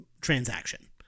transaction